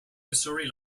missouri